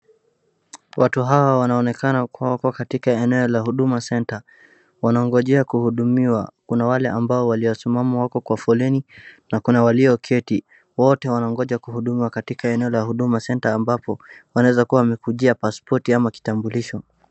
Watu hawa wanaokena kuwa katika eneo la Huduma Center. Wanaogojea kuhudumiwa kuna wale ambao waliosimama wako kwa foleni na kuna walioketi wote wanaogoja kuhudumiwa katika eneo la Huduma Center ambapo wanaweza kuwa wamekujia pasipoti ama kitambulisho.